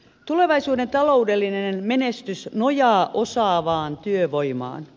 tulevaisuuden taloudellinen menestys nojaa osaavaan työvoimaan